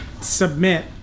submit